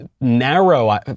narrow